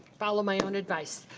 follow my own advice.